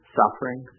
suffering